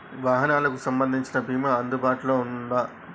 వాహనాలకు సంబంధించిన బీమా అందుబాటులో ఉందా?